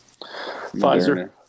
Pfizer